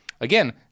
Again